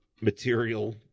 material